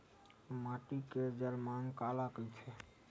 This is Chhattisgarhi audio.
माटी के जलमांग काला कइथे?